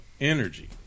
energy